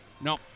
No